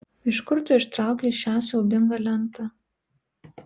iš kur tu ištraukei šią siaubingą lentą